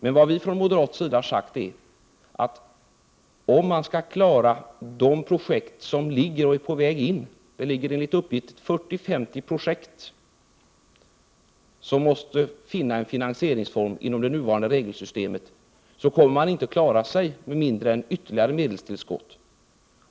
Men vad vi moderater har sagt är, att om man skall kunna klara av att tillgodose de projekt för vilka ansökan redan inlämnats eller är på väg — enligt uppgift rör det sig om 40—50 projekt som måste finna en finansieringsform inom det nuvarande regelsystemet — är det nödvändigt med ytterligare medelstillskott.